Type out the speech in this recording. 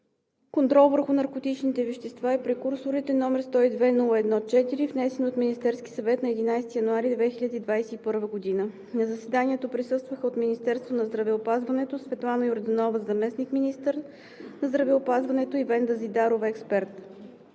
контрол върху наркотичните вещества и прекурсорите, № 102-01-4, внесен от Министерския съвет на 11 януари 2021 г. На заседанието присъстваха от Министерството на здравеопазването: Светлана Йорданова – заместник-министър, и Венда Зидарова – експерт.